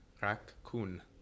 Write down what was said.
Raccoon